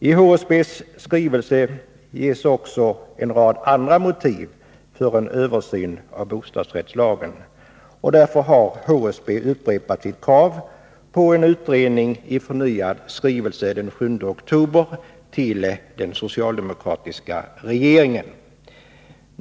I HSB:s skrivelse ges också en rad andra motiv för en översyn av bostadsrättslagen, och därför har HSB upprepat sitt krav på en utredning i en förnyad skrivelse den 7 oktober till den socialdemokratiska regeringen.